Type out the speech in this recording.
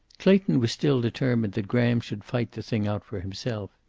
clayton was still determined that graham should fight the thing out for himself.